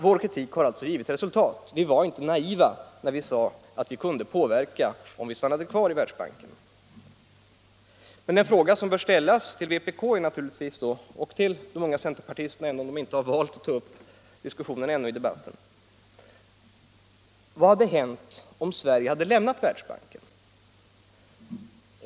Vår kritik har alltså givit resultat, vi var inte naiva när vi sade att vi kunde påverka om vi stannade kvar i Världsbanken. En fråga som bör ställas till vpk och till de unga centerpartisterna, även om de inte valt att ta upp diskussionen i debatten ännu, är: Vad hade hänt om Sverige hade lämnat Världsbanken?